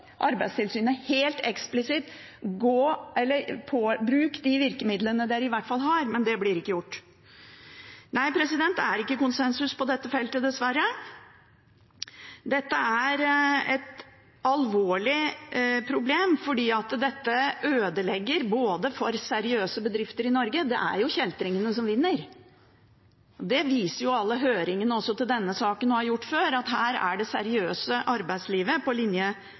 Arbeidstilsynet helt eksplisitt å bruke de virkemidlene de i alle fall har. Men det blir ikke gjort. Dessverre er det er ikke konsensus på dette feltet. Dette er et alvorlig problem, for det ødelegger for seriøse bedrifter i Norge. Det er kjeltringene som vinner. Det viser alle høringene til denne saken – og før – at her er det seriøse arbeidslivet på linje